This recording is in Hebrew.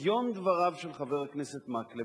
הגיון דבריו של חבר הכנסת מקלב,